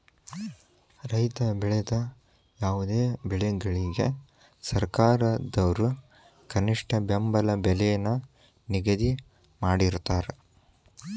ರೈತ ಬೆಳೆದ ಯಾವುದೇ ಬೆಳೆಗಳಿಗೆ ಸರ್ಕಾರದವ್ರು ಕನಿಷ್ಠ ಬೆಂಬಲ ಬೆಲೆ ನ ನಿಗದಿ ಮಾಡಿರ್ತಾರ